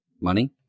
money